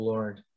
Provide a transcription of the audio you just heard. Lord